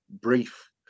brief